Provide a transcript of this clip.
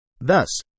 Thus